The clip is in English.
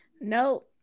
no